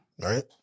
right